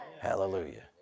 Hallelujah